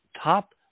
top